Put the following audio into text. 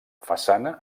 façana